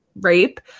rape